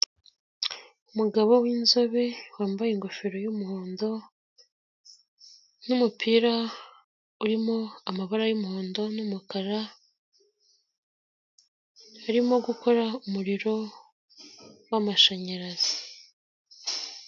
Umugabo w'inzobe wambaye ingofero y'umuhondo n'umupira urimo amabara y'umuhondo n'umukara, arimo gukora umuriro w'amashanyarazi.